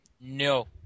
No